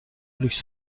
لوکس